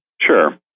Sure